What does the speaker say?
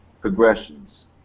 progressions